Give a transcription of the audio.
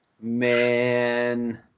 man